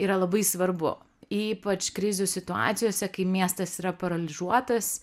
yra labai svarbu ypač krizių situacijose kai miestas yra paralyžiuotas